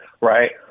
right